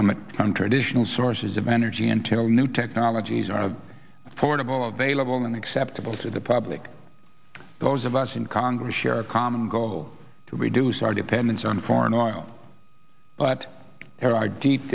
additional sources of energy until new technologies are affordable available and acceptable to the public those of us in congress share a common goal to reduce our dependence on foreign oil but there are deep